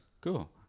Cool